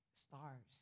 stars